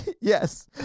yes